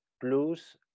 plus